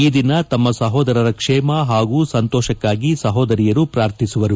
ಈ ದಿನ ತಮ್ಮ ಸಹೋದರರ ಕ್ಷೇಮ ಹಾಗೂ ಸಂತೋಷಕ್ನಾಗಿ ಸಹೋದರಿಯರು ಪ್ರಾರ್ಥಿಸುವರು